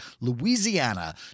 Louisiana